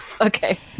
Okay